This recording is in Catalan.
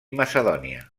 macedònia